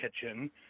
kitchen